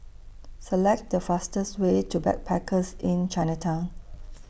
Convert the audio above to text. Select The fastest Way to Backpackers Inn Chinatown